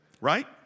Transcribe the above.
Right